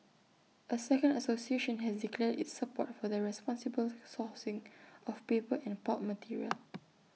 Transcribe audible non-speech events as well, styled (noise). A second association has declared its support for the responsible sourcing of paper and pulp material (noise)